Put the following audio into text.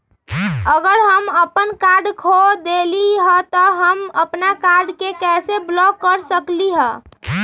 अगर हम अपन कार्ड खो देली ह त हम अपन कार्ड के कैसे ब्लॉक कर सकली ह?